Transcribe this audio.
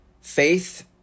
Faith